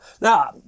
Now